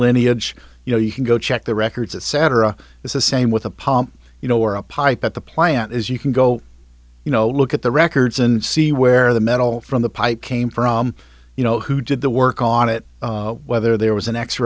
lineage you know you can go check the records etc is the same with a palm you know or a pipe at the plant is you can go you know look at the records and see where the metal from the pipe came from you know who did the work on it whether there was an x